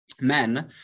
men